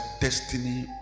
destiny